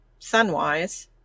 sunwise